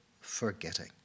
Forgetting